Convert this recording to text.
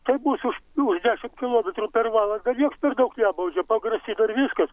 kaip bus už už dešimt kilometrų per valandą nieks per daug nebaudžia pagrasina ir viskas